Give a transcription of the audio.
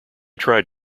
tried